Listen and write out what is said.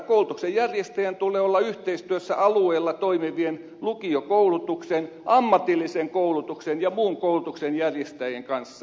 koulutuksen järjestäjän tulee olla yhteistyössä alueella toimivien lukiokoulutuksen ammatillisen koulutuksen ja muun koulutuksen järjestäjien kanssa